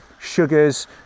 sugars